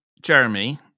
Jeremy